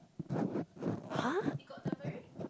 !huh!